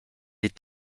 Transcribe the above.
est